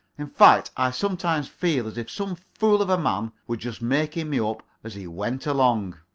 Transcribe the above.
in fact, i sometimes feel as if some fool of a man were just making me up as he went along.